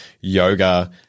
yoga